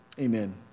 amen